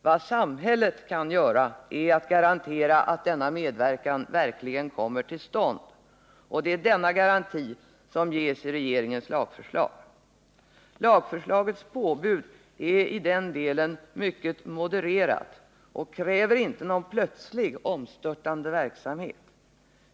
Vad samhället kan göra är att garantera att denna medverkan verkligen kommer till stånd, och det är denna garanti som ges i regeringens lagförslag. Lagförslagets påbud är i den delen mycket modererat och kräver inte någon plötslig, omstörtande verksamhet.